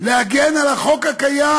להגן על החוק הקיים,